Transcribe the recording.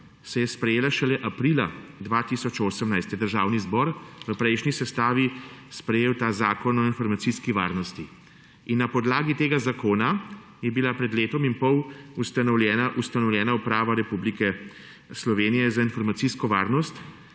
se je sprejela šele aprila 2018, je Državni zbor v prejšnji sestavi sprejel ta Zakon o informacijski varnosti. In na podlagi tega zakona je bila pred letom in pol ustanovljena Uprava Republike Slovenije za informacijsko varnost,